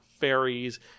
fairies